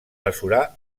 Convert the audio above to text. mesurar